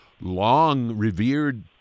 long-revered